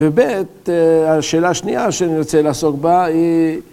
וב׳, השאלה השנייה שאני רוצה לעסוק בה היא